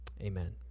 amen